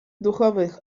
duchowych